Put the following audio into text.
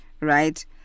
right